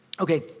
Okay